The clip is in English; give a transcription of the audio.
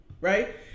Right